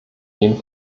jeden